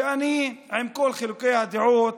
שעם כל חילוקי הדעות,